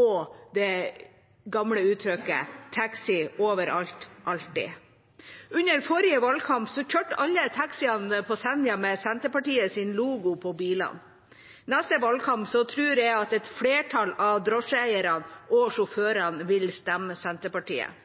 og det gamle uttrykket «taxi – overalt, alltid». Under forrige valgkamp kjørte alle taxiene på Senja med Senterpartiets logo på bilen. I neste valgkamp tror jeg at et flertall av drosjeeierne og sjåførene vil stemme på Senterpartiet.